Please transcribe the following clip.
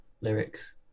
lyrics